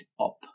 up